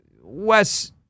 Wes